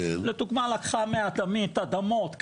לדוגמה לקחה מאדמית אדמות,